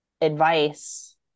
advice